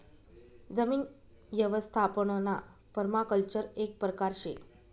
जमीन यवस्थापनना पर्माकल्चर एक परकार शे